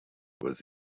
was